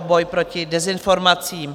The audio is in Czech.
Boj proti dezinformacím.